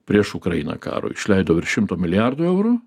prieš ukrainą karui išleido virš šimto milijardų eurų